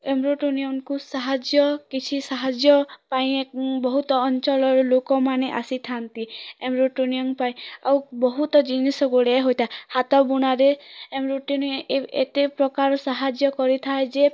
ଏମ୍ବ୍ରୋଟୋନିୟନ୍କୁ ସାହାଯ୍ୟ କିଛି ସାହାଯ୍ୟ ପାଇଁ ବହୁତ ଅଞ୍ଚଳର ଲୋକମାନେ ଆସିଥାଆନ୍ତି ଏମ୍ବ୍ରୋଟୋନିୟନ୍ ପାଇଁ ଆଉ ବହୁତ ଜିନିଷ ଗୁଡ଼ିଏ ହୋଇଥାଏ ହାତବୁଣାରେ ଏମ୍ବ୍ରୋଟୋନି ଏତେ ପ୍ରକାର ସାହାଯ୍ୟ କରିଥାଏ ଯେ